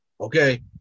okay